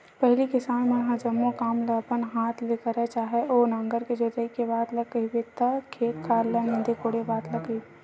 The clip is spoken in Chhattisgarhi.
पहिली किसान मन ह जम्मो काम ल अपन हात ले करय चाहे ओ नांगर के जोतई के बात ल कहिबे ते खेत खार ल नींदे कोड़े बात ल कहिबे